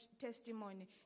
testimony